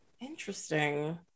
Interesting